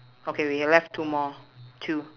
okay we have left two more two